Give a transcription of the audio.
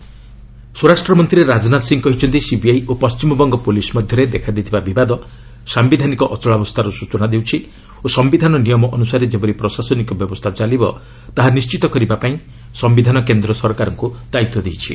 LS Rajnath Singh ସ୍ୱରାଷ୍ଟ୍ର ମନ୍ତ୍ରୀ ରାଜନାଥ ସିଂହ କହିଛନ୍ତି ସିବିଆଇ ଓ ପଣ୍ଟିମବଙ୍ଗ ପୁଲିସ୍ ମଧ୍ୟରେ ଦେଖା ଦେଇଥିବା ବିବାଦ ସାୟିଧାନିକ ଅଚଳାବସ୍ଥାର ସ୍ୱଚନା ଦେଉଛି ଓ ସମ୍ଭିଧାନ ନିୟମ ଅନୁସାରେ ଯେପରି ପ୍ରଶାସନିକ ବ୍ୟବସ୍ଥା ଚାଲିବ ତାହା ନିଶ୍ଚିତ କରିବା ପାଇଁ ସମ୍ଭିଧାନ କେନ୍ଦ୍ର ସରକାରଙ୍କୁ ଦାୟିତ୍ୱ ଦେଇଛି